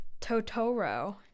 Totoro